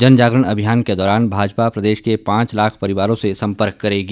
जनजागरण अभियान के दौरान भाजपा प्रदेश के पांच लाख परिवारों से संपर्क करेगी